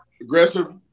aggressive